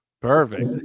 perfect